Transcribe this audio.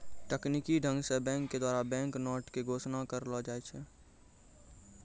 तकनीकी ढंग से बैंक के द्वारा बैंक नोट के घोषणा करलो जाय छै